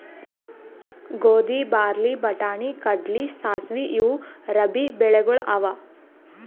ಗೋಧಿ, ಬಾರ್ಲಿ, ಬಟಾಣಿ, ಕಡ್ಲಿ, ಸಾಸ್ವಿ ಇವು ರಬ್ಬೀ ಬೆಳಿಗೊಳ್ ಅವಾ